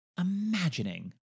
imagining